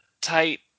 tight